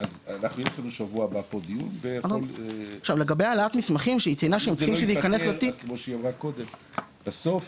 אם זה לא ייפתר כמו שהיא אמרה קודם, בסוף